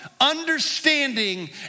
understanding